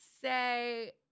say